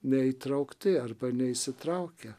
neįtraukti arba neįsitraukią